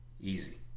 Easy